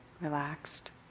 relaxed